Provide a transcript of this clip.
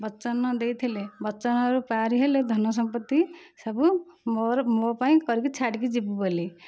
ବଚନ ଦେଇଥିଲେ ବଚନରୁ ପାରି ହେଲେ ଧନ ସମ୍ପତ୍ତି ସବୁ ମୋର ମୋ ପାଇଁ କରିକି ଛାଡ଼ିକି ଯିବୁ ବୋଲି